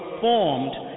formed